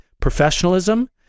professionalism